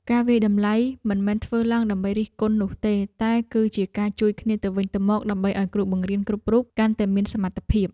ការវាយតម្លៃមិនមែនធ្វើឡើងដើម្បីរិះគន់នោះទេតែគឺជាការជួយគ្នាទៅវិញទៅមកដើម្បីឱ្យគ្រូបង្រៀនគ្រប់រូបកាន់តែមានសមត្ថភាព។